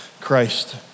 Christ